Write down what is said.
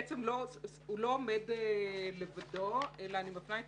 לא עומד לבדו, אלא אני מפנה את